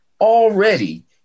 already